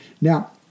Now